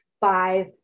five